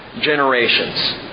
generations